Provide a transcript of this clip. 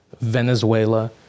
Venezuela